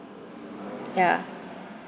ya